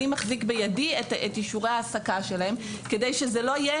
אני מחזיק בידי את אישורי ההעסקה שלהם כדי שזה לא יהיה